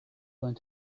going